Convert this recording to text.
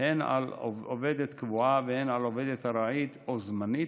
הן על עובדת קבועה והן על עובדת ארעית או זמנית,